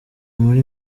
muri